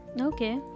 Okay